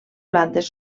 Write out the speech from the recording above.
plantes